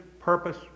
purpose